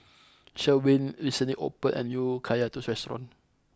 Sherwin recently opened a new Kaya Toast restaurant